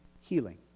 healing